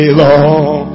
long